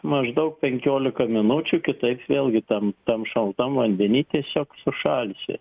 maždaug penkiolika minučių kitaip vėlgi tam tam šaltam vandeny tiesiog sušalsi